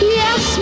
yes